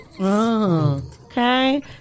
okay